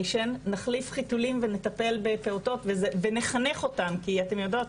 נחליף טיטולים ונטפל בפעוטות ונחנך אותם גם כי אתן יודעות,